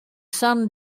san